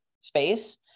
space